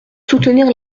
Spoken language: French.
soutenir